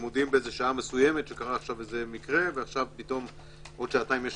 זה צרי להיות